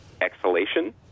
exhalation